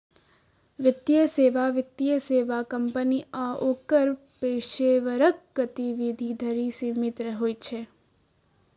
वित्तीय सेवा वित्तीय सेवा कंपनी आ ओकर पेशेवरक गतिविधि धरि सीमित होइ छै